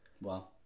Wow